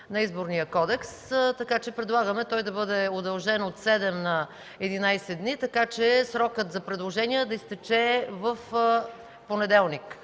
на Изборния кодекс, така че предлагаме той да бъде удължен от 7 на 11 дни. Срокът за предложения да изтече в понеделник,